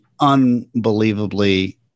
unbelievably